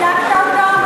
הצדקת אותו,